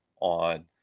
on